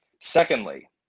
secondly